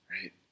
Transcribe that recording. right